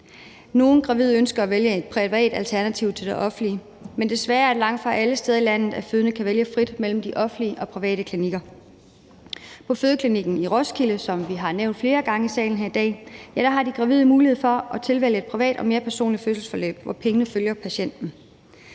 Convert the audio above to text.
Nogle gravide ønsker at vælge et privat alternativ til det offentlige, men desværre er det langtfra alle steder i landet, at fødende kan vælge frit mellem de offentlige og private klinikker. På Roskilde Fødeklinik, som vi har nævnt flere gange i salen her i dag, har de gravide mulighed for at tilvælge et privat og mere personligt fødselsforløb, hvor pengene følger patienten.